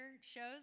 shows